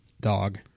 Dog